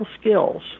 skills